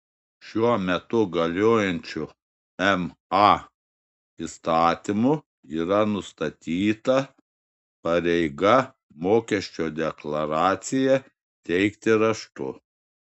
šiuo metu galiojančiu ma įstatymu yra nustatyta pareiga mokesčio deklaraciją teikti raštu